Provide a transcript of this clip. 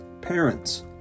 Parents